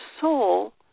soul